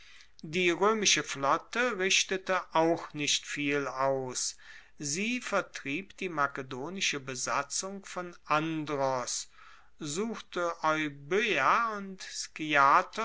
die roemische flotte richtete auch nicht viel aus sie vertrieb die makedonische besatzung von andros suchte euboea und